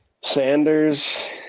Sanders